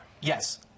Yes